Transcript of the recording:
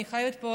אני חייבת פה,